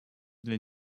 для